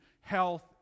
health